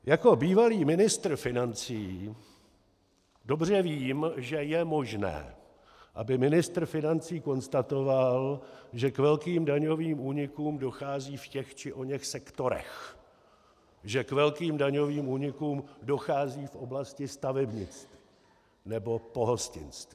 Jako bývalý ministr financí dobře vím, že je možné, aby ministr financí konstatoval, že k velkým daňovým únikům dochází v těch či oněch sektorech, že k velkým daňovým únikům dochází v oblasti stavebnictví nebo pohostinství.